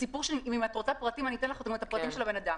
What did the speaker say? אם את רוצה פרטים אוכל לתת לך את הפרטים של אותו אדם.